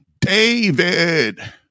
David